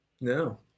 no